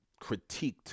critiqued